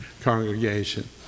congregation